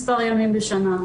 מספר ימים בשנה.